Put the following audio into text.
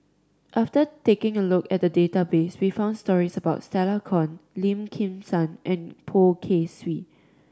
after taking a look at database we found stories about Stella Kon Lim Kim San and Poh Kay Swee